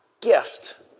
gift